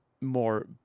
more